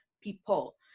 people